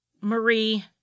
Marie